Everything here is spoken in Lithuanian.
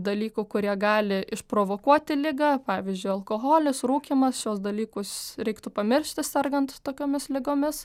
dalykų kurie gali išprovokuoti ligą pavyzdžiui alkoholis rūkymas šiuos dalykus reiktų pamiršti sergant tokiomis ligomis